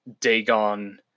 Dagon